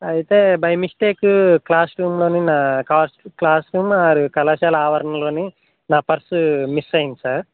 అయితే by mistake class రూమ్లోని నా కా క్లాస్ రూమ్ ఆర్ కళాశాల ఆవరణంలోని నా పర్సు మిస్ అయింది సార్